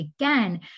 again